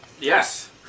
Yes